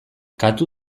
katu